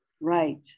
Right